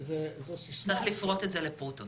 צריך לפרוט את זה לפרוטות.